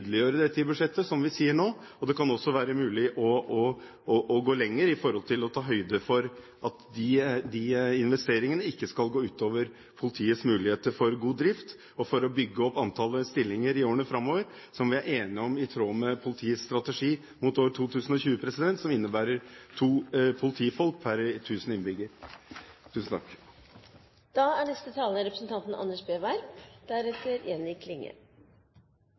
gjennom dette forprosjektet, kan det være mulig å tydeliggjøre dette i budsjettet, som vi sier nå, og det kan også være mulig å gå lenger i å ta høyde for at de investeringene ikke skal gå ut over politiets muligheter for god drift og muligheten for å bygge opp antallet stillinger i årene framover i tråd med politiets strategi mot år 2020, som vi er enige om, og som innebærer to politifolk per 1 000 innbyggere. Behovet for omfattende IKT-oppgraderinger i politiet er